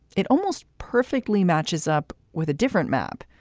it almost perfectly matches up with a different map,